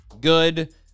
Good